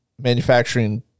manufacturing